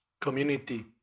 community